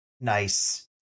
nice